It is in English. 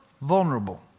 vulnerable